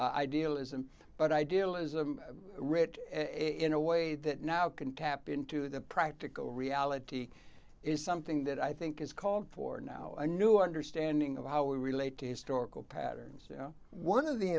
idealism but idealism rich in a way that now can tap into the practical reality is something that i think is called for now a new understanding of how we relate to a store called patterns you know one of the